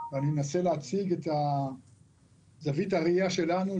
אני מנסה להציג את זווית הראייה שלנו,